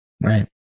Right